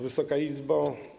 Wysoka Izbo!